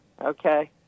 okay